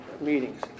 meetings